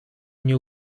nie